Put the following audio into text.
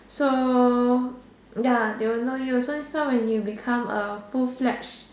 so ya they will know you so next time when you become a full fledged